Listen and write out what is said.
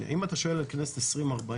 אם אתה שואל על כנסת 2040,